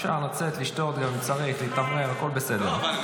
אפשר לצאת לשתות, גם אם צריך תתאוורר, הכול בסדר.